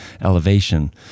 elevation